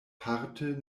parte